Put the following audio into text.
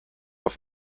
auf